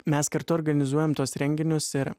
mes kartu organizuojam tuos renginius ir